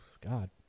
God